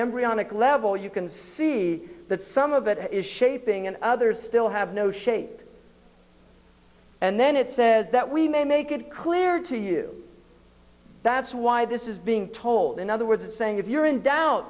embryonic level you can see that some of it is shaping and others still have no shade and then it says that we may make it clear to you that's why this is being told in other words saying if you're in doubt